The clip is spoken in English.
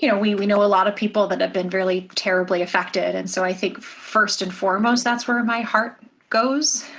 you know we we know a lot of people that have been really terribly affected, deborah and so i think, first and foremost that's where my heart goes